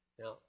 Now